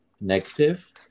negative